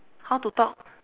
how to talk